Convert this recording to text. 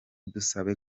dusabe